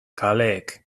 kaleek